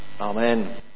Amen